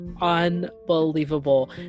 unbelievable